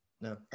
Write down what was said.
no